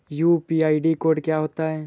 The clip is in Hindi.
यू.पी.आई कोड क्या होता है?